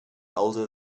older